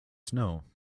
snow